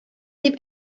дип